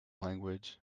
language